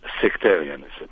sectarianism